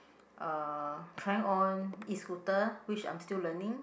uh trying on E-Scooter which I'm still learning